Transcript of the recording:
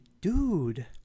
dude